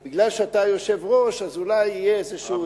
משום שאתה היושב-ראש אולי יהיה איזשהו,